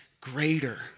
greater